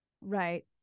Right